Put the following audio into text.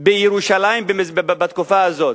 בירושלים בתקופה הזאת.